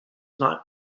not